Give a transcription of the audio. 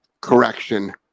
correction